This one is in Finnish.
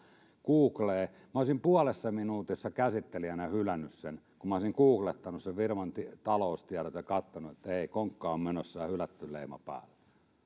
googleen minä olisin puolessa minuutissa käsittelijänä hylännyt sen kun minä olisin googlettanut sen firman taloustiedot ja katsonut että ei konkkaan on menossa ja hylätty leima päälle